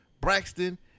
Braxton